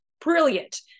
brilliant